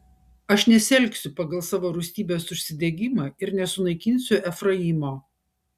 aš nesielgsiu pagal savo rūstybės užsidegimą ir nesunaikinsiu efraimo